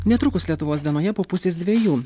netrukus lietuvos dienoje po pusės dviejų